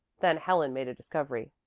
then helen made a discovery.